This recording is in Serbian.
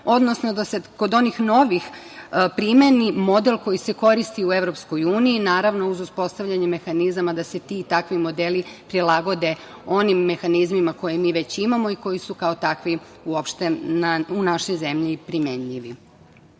odnosno da se kod onih novih primeni model koji se koristi u Evropskoj uniji, naravno uz uspostavljanje mehanizama da se ti i takvi modeli prilagode onim mehanizmima koje mi već imamo i koji su kao takvi uopšte u našoj zemlji primenljivi. Kako